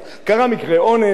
קרה מקרה שוד,